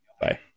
bye